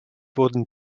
wurden